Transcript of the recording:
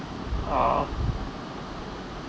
uh